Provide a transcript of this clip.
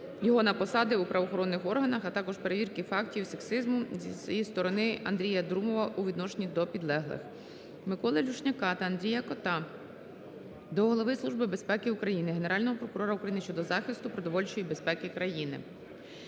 його на посади у правоохоронних органах, а також перевірки фактів сексизму зі сторони Андрія Друмова у відношенні до підлеглих. Миколи Люшняка та Андрія Кота до Голови Служби безпеки України, Генерального прокурора України щодо захисту продовольчої безпеки країни.